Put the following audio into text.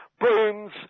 Booms